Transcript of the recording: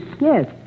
Yes